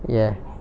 ya